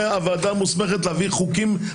הוועדה מוסמכת להביא חוקים.